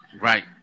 right